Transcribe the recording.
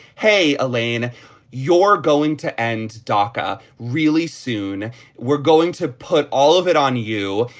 hey elaine you're going to end daka really soon we're going to put all of it on you.